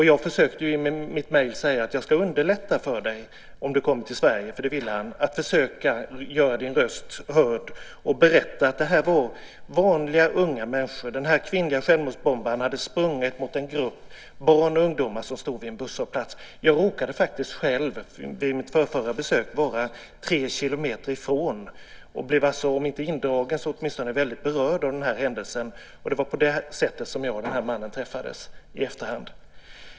Jag försökte i mitt mejl säga att jag ska underlätta för honom om han kommer till Sverige - det ville han - att göra sin röst hörd så att han kan berätta att det här var vanliga unga människor. Den kvinnliga självmordsbombaren hade sprungit mot en grupp barn och ungdomar som stod vid en busshållplats. Jag råkade faktiskt själv vid mitt förrförra besök vara tre kilometer därifrån och blev alltså om inte indragen så åtminstone väldigt berörd av den här händelsen. Det var på det sättet som jag och den här mannen träffades i efterhand.